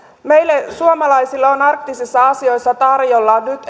meille suomalaisille on arktisissa asioissa tarjolla nyt